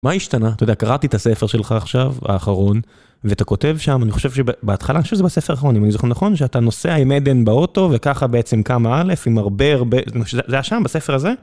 מה השתנה? אתה יודע, קראתי את הספר שלך עכשיו, האחרון, ואתה כותב שם, אני חושב שבהתחלה, אני חושב שזה בספר האחרון, אם אני זוכר נכון, שאתה נוסע עם עדן באוטו וככה בעצם כמה א' עם הרבה הרבה, זה היה שם בספר הזה?